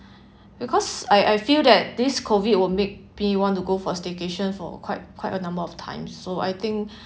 because I I feel that this COVID will make me want to go for staycation for quite quite a number of times so I think